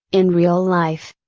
in real life.